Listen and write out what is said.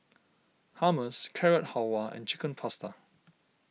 Hummus Carrot Halwa and Chicken Pasta